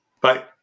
Bye